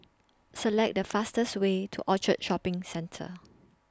Select The fastest Way to Orchard Shopping Centre